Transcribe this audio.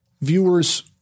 Viewers